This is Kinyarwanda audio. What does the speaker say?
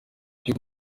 cyo